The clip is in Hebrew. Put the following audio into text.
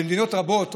במדינות רבות,